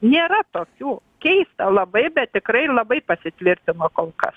nėra tokių keista labai bet tikrai labai pasitvirtino kol kas